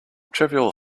trivial